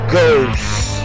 Ghost